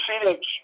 proceedings